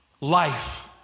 life